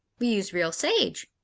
we use real sage.